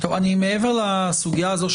מעבר לסוגיה הזו,